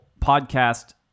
podcast